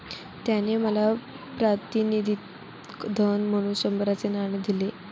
त्याने मला प्रातिनिधिक धन म्हणून शंभराचे नाणे दिले